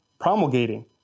promulgating